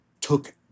took